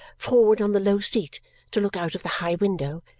forward on the low seat to look out of the high window,